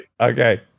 Okay